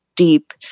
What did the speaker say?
deep